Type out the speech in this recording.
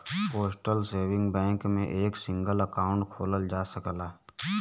postal saving bank में एक single account खोलल जा सकला